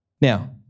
Now